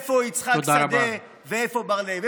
איפה יצחק שדה ואיפה בר לב?